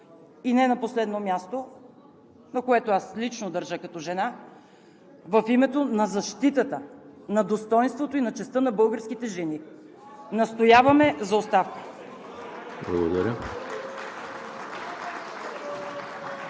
И не на последно място, на което аз лично държа, като жена, в името на защитата на достойнството и на честта на българските жени настояваме за оставка. (Шум